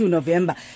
November